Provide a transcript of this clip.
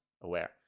aware